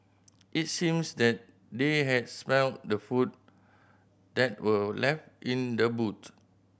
it seemes that they had smelt the food that were left in the boot